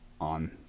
on